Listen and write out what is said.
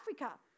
Africa